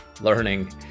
learning